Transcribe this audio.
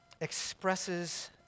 expresses